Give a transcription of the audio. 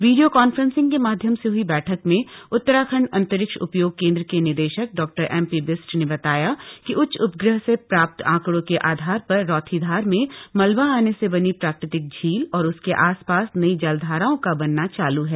video conferencing के माध्यम से हुई बैठक में उत्तराखण्ड अंतरिक्ष उपयोग केन्द्र के निदेशक डॉ एमपीबिष्ट ने बताया कि उच्च उपग़ह से प्राप्त आंकड़ों के आधार पर रौथीधार में मलबा आने से बनी प्राकृतिक झील और उसके आसपास नई जलधाराओं का बनना चालू है